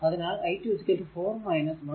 അതിനാൽ i2 4 1